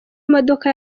imodoka